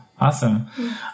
Awesome